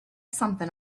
something